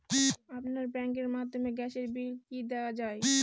আপনার ব্যাংকের মাধ্যমে গ্যাসের বিল কি দেওয়া য়ায়?